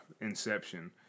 Inception